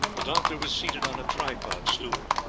the doctor was seated on a tripod stool.